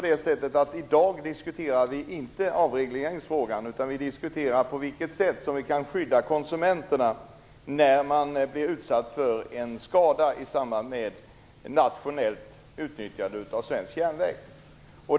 I dag diskuterar vi inte avregleringsfrågan utan på vilket sätt vi kan skydda konsumenterna när de blir utsatta för en skada i samband med nationellt utnyttjande av svensk järnväg.